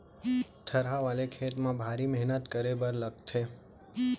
थरहा वाले खेत म भारी मेहनत करे बर लागथे